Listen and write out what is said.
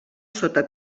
sota